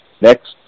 next